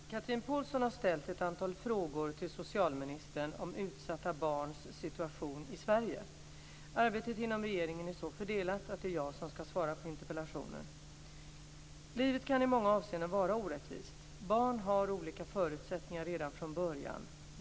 Fru talman! Chatrine Pålsson har ställt ett antal frågor till socialministern om utsatta barns situation i Sverige. Arbetet inom regeringen är så fördelat att det är jag som ska svara på interpellationen. Livet kan i många avseenden vara orättvist - barn har olika förutsättningar redan från början.